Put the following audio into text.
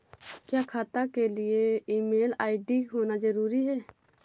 क्या खाता के लिए ईमेल आई.डी होना जरूरी है?